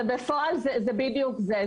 בפועל זה בדיוק זה.